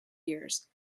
years